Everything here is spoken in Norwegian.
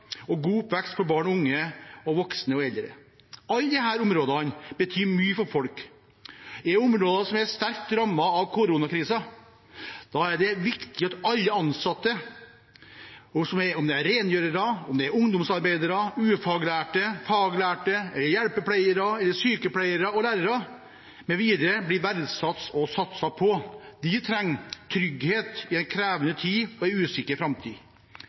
og en god oppvekst for barn og unge og voksne og eldre. Alle disse områdene betyr mye for folk. Er det områder som er sterkt rammet av koronakrisen, er det viktig at alle ansatte – rengjørere, ungdomsarbeidere, ufaglærte, faglærte, hjelpepleiere, sykepleiere, lærere mv. – blir verdsatt og satset på. De trenger trygghet i en krevende tid og en usikker framtid.